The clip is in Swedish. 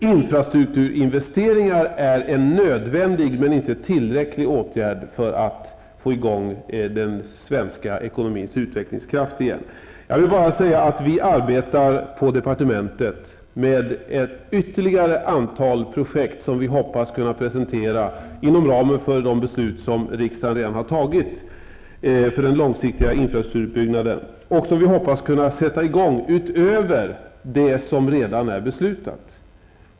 Infrastrukturinvesteringar är en nödvändig men inte tillräcklig åtgärd för att ge den svenska ekonomin utvecklingskraft igen. Jag vill bara säga att vi på departementet, inom ramen för de beslut som riksdagen redan har fattat om den långsiktiga infrastrukturutbyggnaden, arbetar med ytterligare ett antal projekt som vi hoppas kunna sätta i gång utöver det som redan är beslutat.